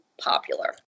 popular